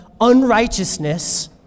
unrighteousness